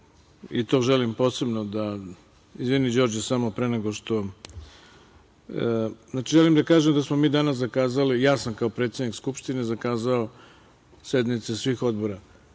i to želim posebno da, izvini Đorđe samo da pre nego što, želim da kažem da smo mi danas zakazali, ja sam kao predsednik Skupštine zakazao sednice svih odbora.